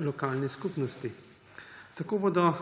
lokalne skupnosti. Tako bodo